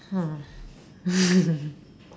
hmm